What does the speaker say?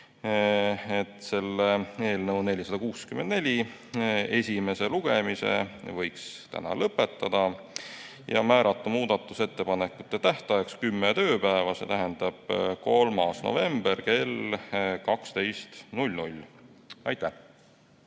et eelnõu 464 esimese lugemise võiks täna lõpetada ja määrata muudatusettepanekute tähtajaks kümme tööpäeva, see tähendab 3. november kell 12. Aitäh!